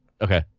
Okay